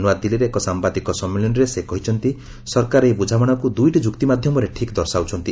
ନୂଆଦିଲ୍ଲୀର ଏକ ସାୟାଦିକ ସମ୍ମିଳନୀରେ ସେ କହିଛନ୍ତି ସରକାର ଏହି ବୁଝାମଣାକୁ ଦୁଇଟି ଯୁକ୍ତି ମାଧ୍ୟମରେ ଠିକ୍ ଦର୍ଶାଉଛନ୍ତି